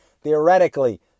theoretically